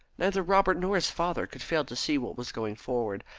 neither robert nor his father could fail to see what was going forward,